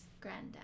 Granddad